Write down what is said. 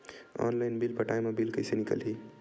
Online bill पटाय मा bill कइसे निकलही?